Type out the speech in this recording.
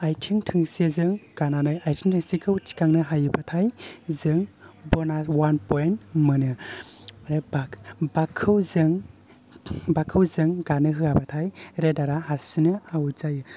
आइथिं थोंसेजों गानानै आइथिं थोंसेखौ थिखांनो हायोबाथाय जों बनास अवान फइन्ट मोनो आरो बाग बाग खौ जों बाग खौ जों गानो होयाबाथाय रेदारा हारसिंनो आवट जायो